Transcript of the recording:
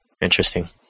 interesting